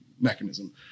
mechanism